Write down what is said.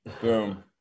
boom